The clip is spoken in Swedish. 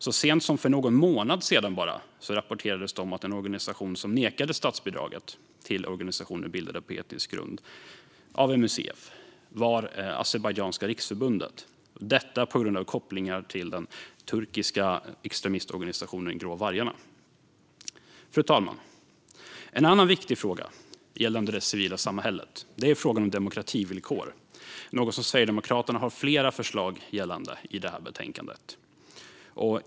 Så sent som för bara någon månad sedan rapporterades att en organisation som av MUCF nekats statsbidraget till organisationer bildade på etnisk grund var Azerbajdzjanska Riksförbundet, detta på grund av kopplingar till den turkiska extremistorganisation Grå vargarna. Fru talman! En annan viktig fråga gällande det civila samhället är frågan om demokrativillkor, något som Sverigedemokraterna har flera förslag om i betänkandet.